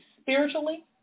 spiritually